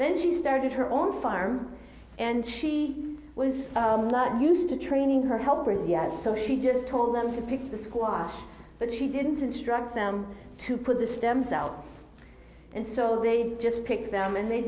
then she started her own farm and she was not used to training her helpers yet so she just told them to pick the squash but she didn't instruct them to put the stems out and so they just picked them and they